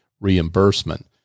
reimbursement